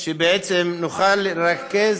שבעצם נוכל לרכז,